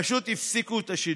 פשוט הפסיקו את השידור.